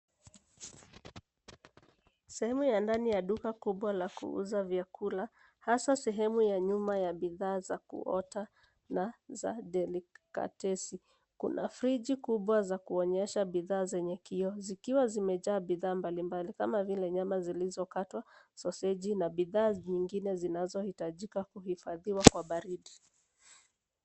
Sehemu ya ndani ya duka kubwa la kuuza vyakula hasa sehemu ya nyuma ya bidhaa za kuota na za delicatesi. Kuna friji kubwa za kuonyesha bidhaa zenye kioo, zikiwa zimejaa bidhaa mbalimbali kama vile nyama zilizokatwa, soseji na bidhaa zingine zinazohitaji kuhifadhiwa kwa baridi.